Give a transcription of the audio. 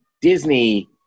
Disney –